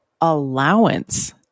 allowance